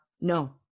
no